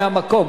מהמקום.